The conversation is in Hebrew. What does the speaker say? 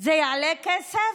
זה יעלה כסף?